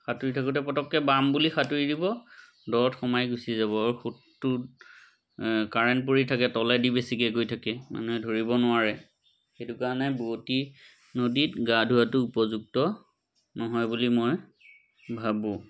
সাঁতুৰি থাকোঁতে পটককৈ বাম বুলি সাঁতুৰি দিব দত সোমাই গুচি যাব আৰু সুঁতোত কাৰেণ্ট পৰি থাকে তলেদি বেছিকৈ গৈ থাকে মানুহে ধৰিব নোৱাৰে সেইটো কাৰণে বোৱঁতী নদীত গা ধোৱাটো উপযুক্ত নহয় বুলি মই ভাবোঁ